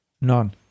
None